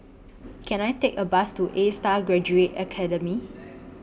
Can I Take A Bus to ASTAR Graduate Academy